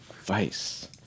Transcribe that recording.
vice